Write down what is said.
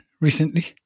recently